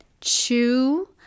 Chew